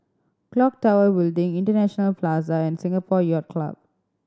Clock Tower Building International Plaza and Singapore Yacht Club